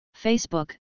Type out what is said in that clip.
Facebook